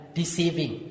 deceiving